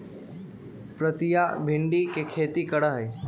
प्रीतिया भिंडी के खेती करा हई